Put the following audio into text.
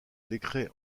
décret